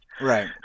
Right